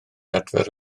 adfer